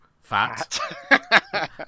fat